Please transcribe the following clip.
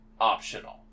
optional